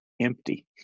empty